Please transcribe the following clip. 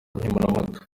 nkemurampaka